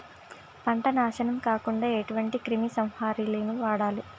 పంట నాశనం కాకుండా ఎటువంటి క్రిమి సంహారిణిలు వాడాలి?